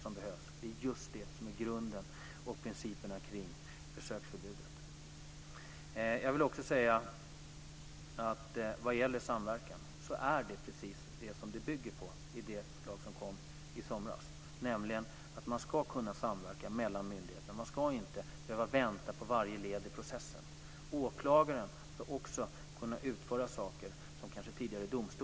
Det behövs, och det är just det som är grunden och principerna för besöksförbudet. Vad gäller samverkan är det precis detta som det förslag som kom i somras bygger på, nämligen att man ska kunna samverka mellan myndigheterna. Man ska inte behöva vänta på varje led i processen. Åklagaren ska också kunna utföra saker som domstolen kanske tidigare gjorde.